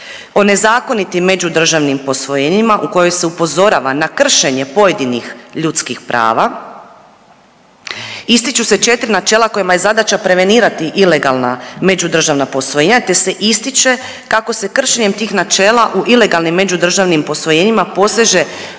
o nezakonitim međudržavnim posvojenjima u kojoj se upozorava na kršenje pojedinih ljudskih prava, ističu se 4 načela kojima je zadaća prevenirati ilegalna međudržavna posvojenja, te se ističe kako se kršenjem tih načela u ilegalnim međudržavnim posvojenjima poseže